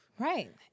Right